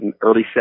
early